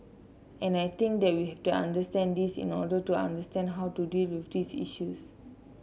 and I think that we have to understand this in order to understand how to deal with these issues